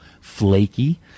flaky